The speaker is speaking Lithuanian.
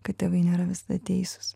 kad tėvai nėra visada teisūs